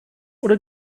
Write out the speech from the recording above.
oder